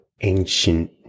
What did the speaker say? ancient